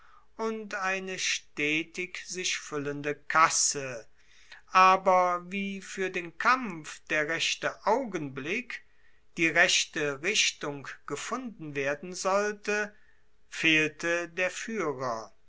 und eine stetig sich fuellende kasse aber wie fuer den kampf der rechte augenblick die rechte richtung gefunden werden sollte fehlte der fuehrer